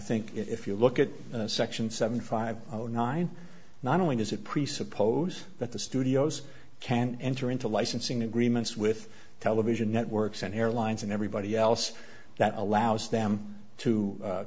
think if you look at section seven five zero nine not only does it presuppose that the studios can enter into licensing agreements with television networks and airlines and everybody else that allows them to